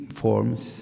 forms